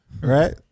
right